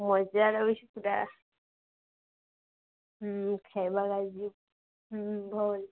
ମଜା ଲାଗୁଛି ପୁରା ହୁଁ ଖେଳିବା ଲାଗି ହୁଁ ଭଲ୍